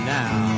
now